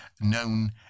known